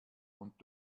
und